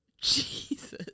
Jesus